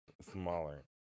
smaller